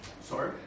Sorry